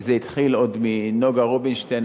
זה התחיל עוד מנוגה רובינשטיין,